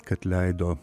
kad leido